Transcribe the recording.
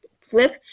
Flip